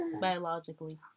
Biologically